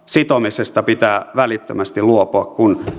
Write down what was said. sitomisesta pitää välittömästi luopua